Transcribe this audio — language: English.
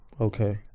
okay